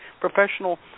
professional